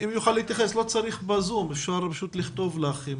יוכל להתייחס, לא צריך בזום, אפשר שפשוט יכתבו לך.